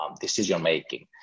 decision-making